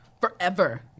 forever